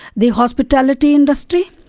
the hospitality industry.